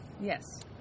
Yes